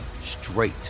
straight